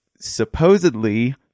supposedly